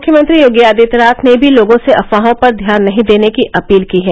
मुख्यमंत्री योगी आदित्यनाथ ने भी लोगों से अफवाहों पर ध्यान नहीं देने की अपील की है